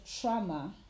trauma